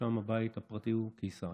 ששם הבית הפרטי הוא קיסריה.